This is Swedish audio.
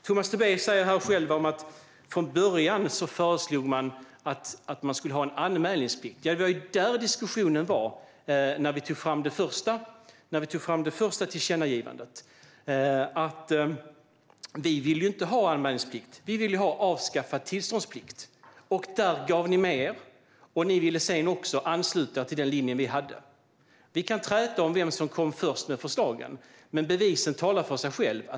Tomas Tobé säger själv att man från början föreslog en anmälningsplikt. Det var där diskussionen var när vi tog fram det första tillkännagivandet: Vi vill inte ha en anmälningsplikt, utan vi vill ha en avskaffad tillståndsplikt. Där gav ni med er, och ni ville sedan ansluta er till vår linje. Vi kan träta om vem som först lade fram förslagen, men bevisen talar för sig själva.